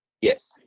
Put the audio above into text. Yes